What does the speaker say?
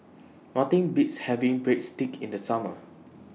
Nothing Beats having Breadsticks in The Summer